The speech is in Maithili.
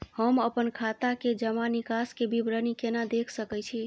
हम अपन खाता के जमा निकास के विवरणी केना देख सकै छी?